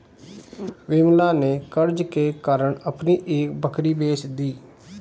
विमला ने कर्ज के कारण अपनी एक बकरी बेच दी